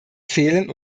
fehlen